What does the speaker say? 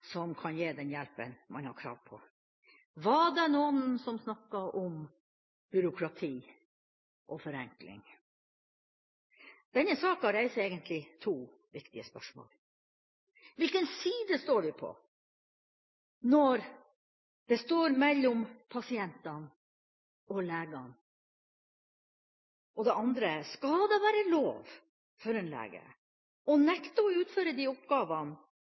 som kan gi den hjelpen man har krav på. Var det noen som snakket om byråkrati og forenkling? Denne saken reiser egentlig to viktige spørsmål: Hvilken side står vi på når det står mellom pasientene og legene? Og det andre: Skal det være lov for en lege å nekte å utføre de oppgavene